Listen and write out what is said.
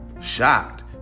Shocked